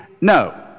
no